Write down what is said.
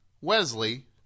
Wesley